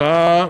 מחאה